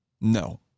No